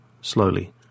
slowly